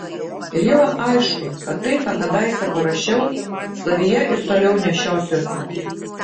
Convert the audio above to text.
ir jau aišku kad tai ką kadaise parašiau savyje ir toliau nešiosiuosi